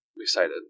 excited